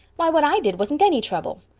why, what i did wasn't any trouble.